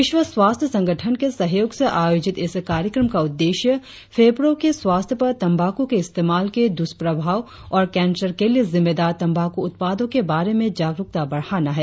विश्व स्वास्थ्य संगठन के सहयोग से आयोजित इस कार्यक्रम का उद्देश्य फेफड़ों के स्वास्थ्य पर तंबाक्र के इस्तेमाल के दुष्प्रभा और कैंसर के लिए जिम्मेदार तंबाकू उत्पादों के बारे में जागरुकता बढ़ाना है